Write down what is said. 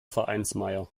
vereinsmeier